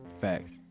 Facts